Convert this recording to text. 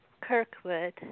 Kirkwood